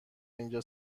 اینجا